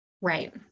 right